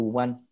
one